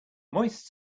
moist